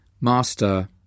Master